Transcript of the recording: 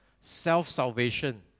self-salvation